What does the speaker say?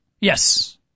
Yes